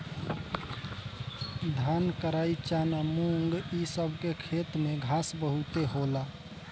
धान, कराई, चना, मुंग इ सब के खेत में घास बहुते होला